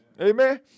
Amen